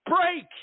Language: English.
Break